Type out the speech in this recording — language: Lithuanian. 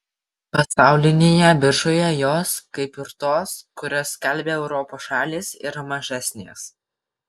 pasaulinėje biržoje jos kaip ir tos kurias skelbia europos šalys yra mažesnės